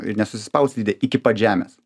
ir nesusispaus slidė iki pat žemės